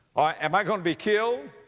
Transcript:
ah, am i going to be killed?